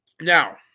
Now